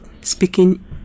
speaking